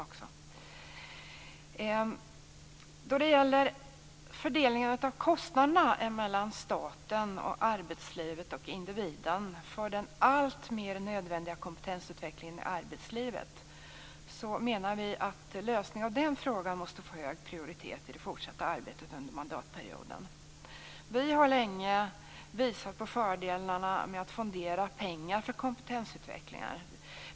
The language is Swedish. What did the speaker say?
Vi menar att lösningen på frågan om fördelningen av kostnaderna mellan staten, arbetslivet och individen för den alltmer nödvändiga kompetensutvecklingen i arbetslivet måste få hög prioritet i det fortsatta arbetet under mandatperioden. Vi har länge visat på fördelarna med att fondera pengar för kompetensutveckling.